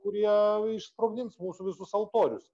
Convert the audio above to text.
kurie išsprogdins mūsų visus altorius